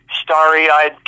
starry-eyed